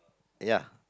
ya